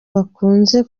bakunze